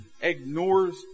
ignores